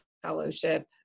fellowship